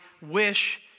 wish